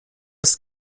ist